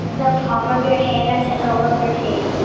the palm of your hand and the sole of your feet